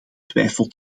twijfel